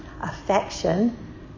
affection